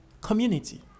community